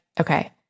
okay